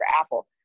Apple